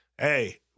hey